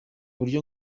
buryo